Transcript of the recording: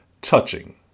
Touching